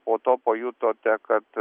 po to pajutote kad